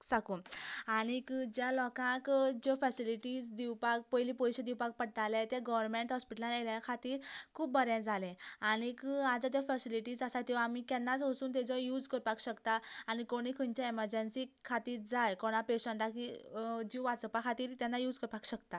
साकून आनीक ज्या लोकांक ज्यो फेसिलिटीज दिवपाक पयलीं पयशें दिवपाक पडटालें तें गोरमेंट हॉस्पिटलान येल्या खातीर खूब बरें जालें आनीक आतां त्यो फिसिलिटीज आसा त्यो आमी केन्नाच वचून ताज्यो युज करपाक शकता आनी कोणी खंयच्या एमरजन्सिक खातीर जाय कोणा पेशंटाक जीव वाचोवपा खातीर तेन्ना युज करपाक शकता